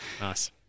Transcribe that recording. Nice